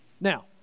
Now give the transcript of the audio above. Now